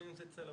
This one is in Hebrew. בין אם זה צלמי